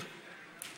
לכאורה,